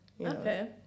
Okay